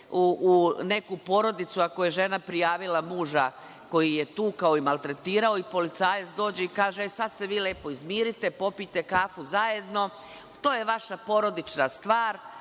u neku porodicu, ako je žena prijavila muža koji je tukao i maltretirao, i policajac dođe i kaže – e sad se vi lepo izmirite, popijte kafu zajedno, to je vaša porodična stvar,